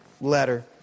letter